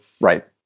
Right